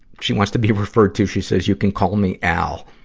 she wants to be referred to, she says you can call me al